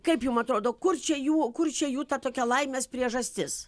kaip jum atrodo kur čia jų kur čia jų ta tokia laimės priežastis